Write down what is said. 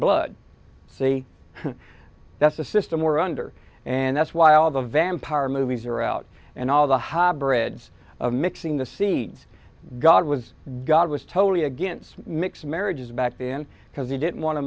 blood c that's the system we're under and that's why all the vampire movies are out and all the hybrid of mixing the seeds god was god was totally against mixed marriages back in because they didn't want to